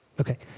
Okay